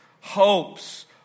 hopes